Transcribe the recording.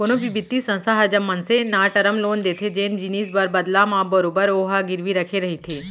कोनो भी बित्तीय संस्था ह जब मनसे न टरम लोन देथे जेन जिनिस बर बदला म बरोबर ओहा गिरवी रखे रहिथे